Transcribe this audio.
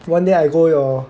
one day I go your